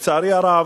לצערי הרב,